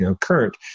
current